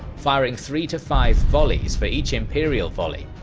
firing three to five volleys for each imperial volley.